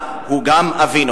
הוא גם אבינו?